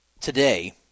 today